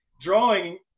drawing